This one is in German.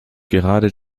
gerade